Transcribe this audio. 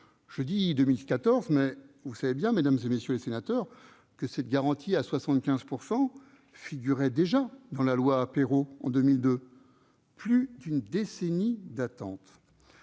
% du SMIC. Et vous savez bien, mesdames, messieurs les sénateurs, que cette garantie figurait déjà dans la loi Peiro, en 2002. Plus d'une décennie d'attente